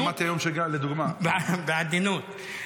בעדינות.